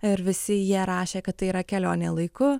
ir visi jie rašė kad tai yra kelionė laiku